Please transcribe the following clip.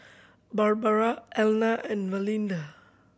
Barbara Elna and Valinda